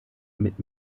mit